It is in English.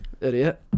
idiot